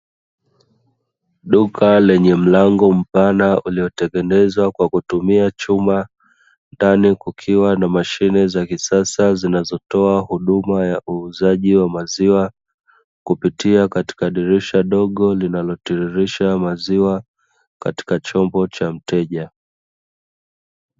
Duka lenye mlango mpana uliotengenezwa kwa kutumia chuma, ndani kukiwa na mashine za kisasa zinazotoa huduma ya uuzaji wa maziwa kupitia katika dirisha dogo linalotiririsha maziwa katika chombo cha mteja.